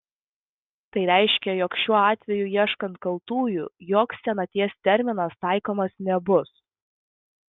tai reiškia jog šiuo atveju ieškant kaltųjų joks senaties terminas taikomas nebus